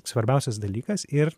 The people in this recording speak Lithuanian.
svarbiausias dalykas ir